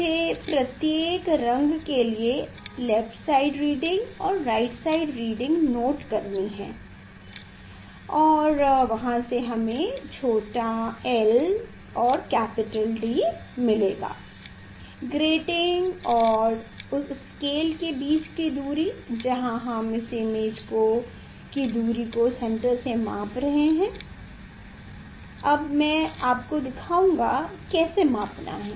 मुझे प्रत्येक रंग के लिए लेफ्ट साइड रीडिंग और right hand side reading note करनी है और वहां से हमें छोटा l और कैपिटल D मिलेगा ग्रैटिंग और उस स्केल के बीच की दूरी जहां हम उस इमेज की दूरी को सेंटर से माप रहे हैं अब मैं आपको दिखाऊंगा कैसे मापना है